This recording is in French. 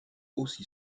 aussi